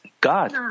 God